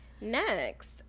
Next